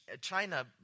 China